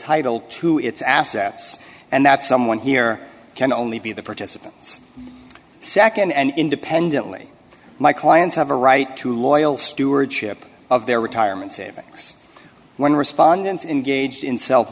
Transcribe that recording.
title to its assets and that someone here can only be the participants nd and independently my clients have a right to loyal stewardship of their retirement savings when respondents engaged in self